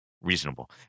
reasonable